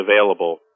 available